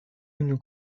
une